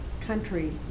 country